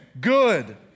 good